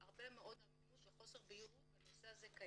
וקיימת הרבה מאוד עמימות וחוסר בהירות בנושא הזה.